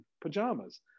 pajamas